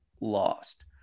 lost